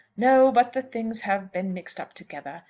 no but the things have been mixed up together.